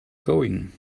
going